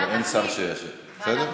אבל אין שר שישיב, בסדר?